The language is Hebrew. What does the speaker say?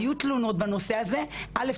היו תלונות בנושא הזה - א',